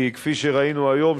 כי כפי שראינו היום,